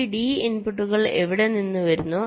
ഈ ഡി ഇൻപുട്ടുകൾ എവിടെ നിന്നോ വരുന്നു